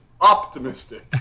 optimistic